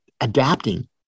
adapting